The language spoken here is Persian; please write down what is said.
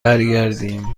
برگردیم